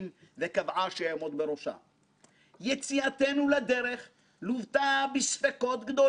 זאת בעיקר לאור החלטתי לקיים את דיוני הוועדה בסגנון שטרם נראה בכנסת,